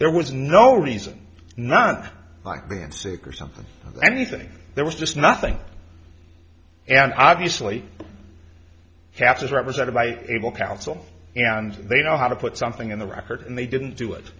there was no reason not like being sick or something or anything there was just nothing and obviously caps is represented by able counsel and they know how to put something in the record and they didn't do it